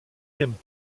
raymond